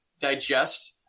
digest